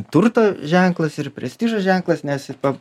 turto ženklas ir prestižo ženklas nes ir pa